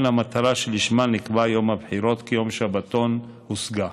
המטרה שלשמה נקבע יום הבחירות כיום שבתון הושגה.